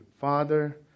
Father